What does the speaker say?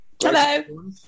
Hello